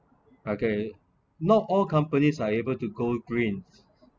okay not all companies are able to go green